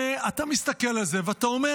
אתה מסתכל על זה ואתה אומר,